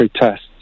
tests